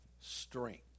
strength